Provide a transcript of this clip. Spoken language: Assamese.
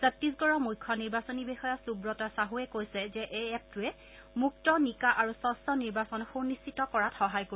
ছট্টিশগড়ৰ মুখ্য নিৰ্বাচনী বিষয়া সুব্ৰত চাহুৱে কৈছে যে এই এপটোৱে মুক্ত নিকা আৰু স্বচ্ছ নিৰ্বাচন সুনিশ্চিত কৰাত সহায় কৰিব